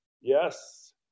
Yes